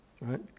right